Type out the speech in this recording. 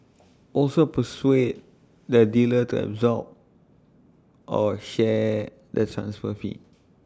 also persuade the dealer to absorb or share the transfer fee